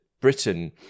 Britain